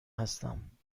هستم